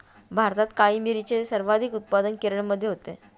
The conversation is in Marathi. भारतात काळी मिरीचे सर्वाधिक उत्पादन केरळमध्ये होते